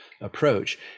approach